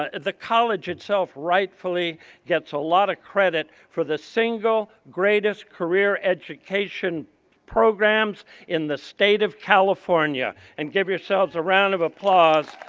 ah the college itself rightfully gets a lot of credit for the single greatest career education programs in the state of california. and give yourselves a round of applause.